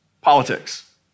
Politics